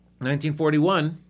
1941